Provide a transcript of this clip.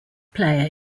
player